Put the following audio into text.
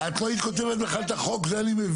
את לא היית כותבת את החוק בכלל, אני מבין.